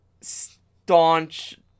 staunch